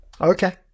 okay